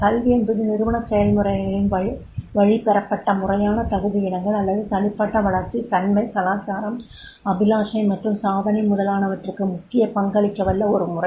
கல்வி என்பது நிறுனவச் செயல்முறைகளின் வழி பெறப்பட்ட முறையான தகுதியினங்கள் அல்லது தனிப்பட்ட வளர்ச்சி தன்மை கலாச்சாரம் அபிலாஷை மற்றும் சாதனை முதலானவற்றுக்கு முக்கிய பங்களிக்கவல்ல ஒரு முறை